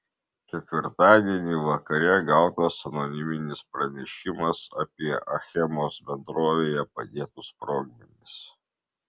ketvirtadienį vakare gautas anoniminis pranešimas apie achemos bendrovėje padėtus sprogmenis